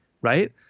Right